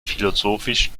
philosophisch